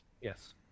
yes